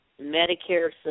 Medicare